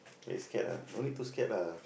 they scared lah no need too scared lah